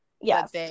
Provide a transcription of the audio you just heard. yes